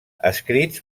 escrits